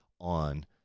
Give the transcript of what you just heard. on